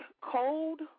cold